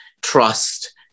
trust